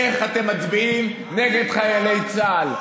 איך אתם מצביעים נגד חיילי צה"ל.